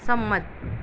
સંમત